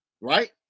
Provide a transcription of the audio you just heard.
right